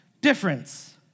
Difference